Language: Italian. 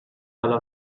dalla